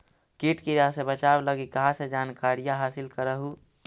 किट किड़ा से बचाब लगी कहा जानकारीया हासिल कर हू?